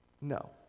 No